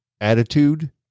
attitude